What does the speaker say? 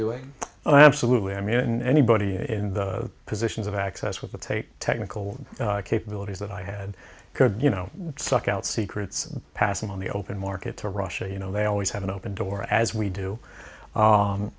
doing well absolutely i mean and anybody in the positions of access with the tape technical capabilities that i had you know suck out secrets pass on the open market to russia you know they always have an open door as we do